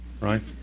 Right